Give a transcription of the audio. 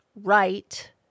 Right